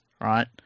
right